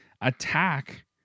attack